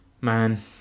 man